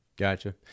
Gotcha